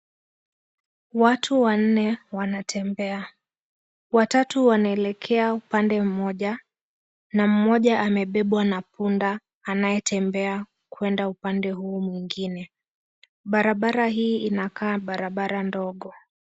Watu wanne wanatembea. Watatu wanaelekea upande mmoja, na mmoja amebebwa na punda anayetembea kwenda upande huo mwingine. Barabara hii inakaa barabara ndogo.